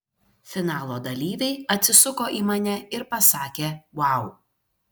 finalo dalyviai atsisuko į mane ir pasakė vau